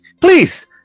Please